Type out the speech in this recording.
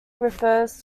refers